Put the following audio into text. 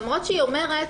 למרות שהיא אומרת,